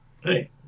Hey